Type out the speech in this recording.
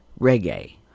Reggae